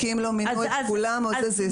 כי אם לא מינו את כולם זה יסכל את כל הפעילות.